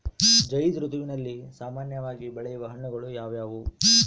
ಝೈಧ್ ಋತುವಿನಲ್ಲಿ ಸಾಮಾನ್ಯವಾಗಿ ಬೆಳೆಯುವ ಹಣ್ಣುಗಳು ಯಾವುವು?